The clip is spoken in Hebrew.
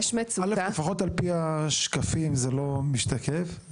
לפחות לפי השקפים זה לא מדויק.